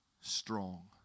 strong